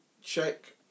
check